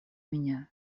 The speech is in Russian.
меня